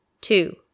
Two